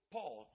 Paul